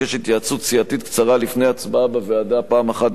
סיעתית קצרה לפני הצבעה בוועדה פעם אחת בלבד.